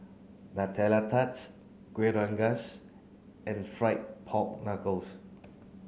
Nutella Tart Kueh Rengas and fried pork knuckles